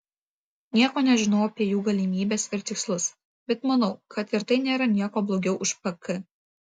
nieko nežinau apie jų galimybes ir tikslus bet manau kad ir tai nėra niekuo blogiau už pk